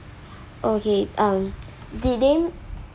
okay um did they